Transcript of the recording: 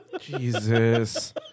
Jesus